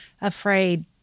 afraid